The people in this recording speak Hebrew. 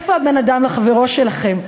איפה ה"בין אדם לחברו" שלכם?